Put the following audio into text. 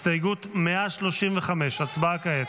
הסתייגות 135, הצבעה כעת.